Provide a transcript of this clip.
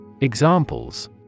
Examples